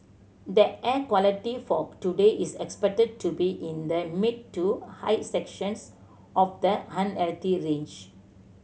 the air quality for today is expected to be in the mid to high sections of the range